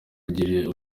ugirira